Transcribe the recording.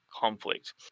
conflict